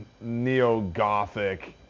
neo-Gothic